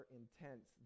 intense